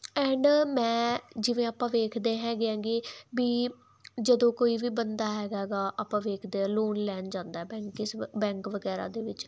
add ਮੈਂ ਜਿਵੇਂ ਆਪਾਂ ਵੇਖਦੇ ਹੈਗੇ ਆਗੀ ਵੀ ਜਦੋਂ ਕੋਈ ਵੀ ਬੰਦਾ ਹੈਗਾ ਆਪਾਂ ਵੇਖਦੇ ਆ ਲੋਨ ਲੈਣ ਜਾਂਦਾ ਬੈਂਕਿਸ ਬੈਂਕ ਵਗੈਰਾ ਦੇ ਵਿੱਚ